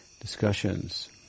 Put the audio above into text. discussions